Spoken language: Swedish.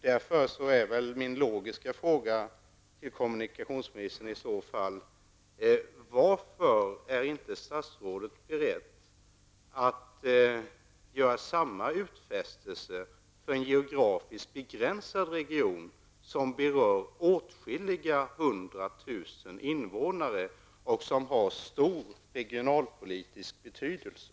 Därför är min logiska fråga till kommunikationsministern: Varför är statsrådet inte beredd att göra samma utfästelse för en geografiskt begränsad region som berör åtskilliga hundratusen invånare och som har stor regionalpolitisk betydelse?